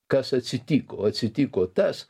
kas atsitiko atsitiko tas